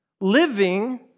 living